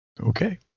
Okay